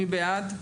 מי בעד?